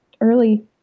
early